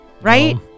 Right